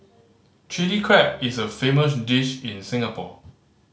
Chilli Crab is a famous dish in Singapore